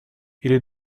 или